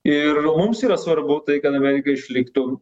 ir mums yra svarbu tai kad amerika išliktų